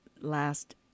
last